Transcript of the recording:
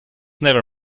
never